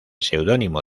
seudónimo